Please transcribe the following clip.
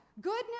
Goodness